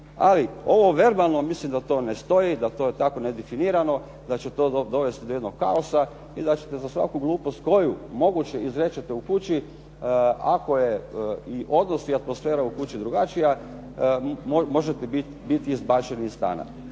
Ali ovo verbalno, mislim da to ne stoji, da to je tako nedefinirano, da će to dovesti do jednog kaosa i da ćete za svaku glupost koju moguće izrečete u kući, ako je i odnos i atmosfera u kući drugačija, možete biti izbačeni iz stana.